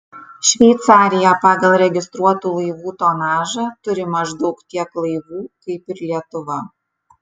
šveicarija pagal registruotų laivų tonažą turi maždaug tiek laivų kaip ir lietuva